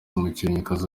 umukinnyikazi